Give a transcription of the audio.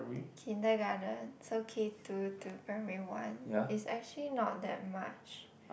kindergarten so kid to to primary one is actually not that much